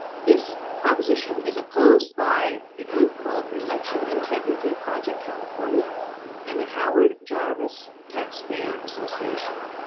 this proposition is opposed by a group called election integrity project california and the howard jarvis taxpayer association.